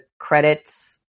credits